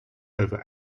over